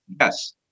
Yes